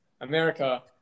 America